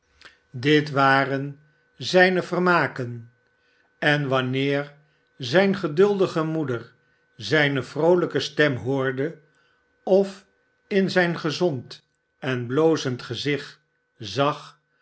rudge waren zijne vermaken en wanneer zijne geduldige moeder zijne vroolijke stem hoorde of in zijn gezond en blozend gezicht zag